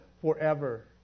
forever